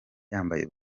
yambaye